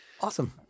Awesome